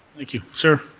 thank you. sir